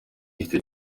yise